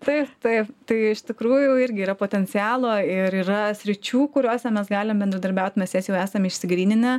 taip taip tai iš tikrųjų irgi yra potencialo ir yra sričių kuriose mes galim bendradarbiaut mes jas jau esam išsigryninę